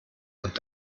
und